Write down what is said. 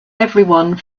everyone